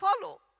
follow